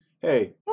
Hey